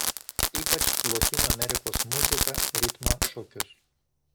ypač lotynų amerikos muziką ritmą šokius